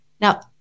Now